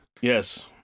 Yes